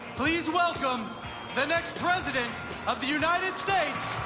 please welcome the next president of the united states,